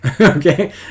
okay